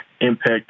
impact